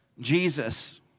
Jesus